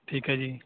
ਠੀਕ ਹੈ ਜੀ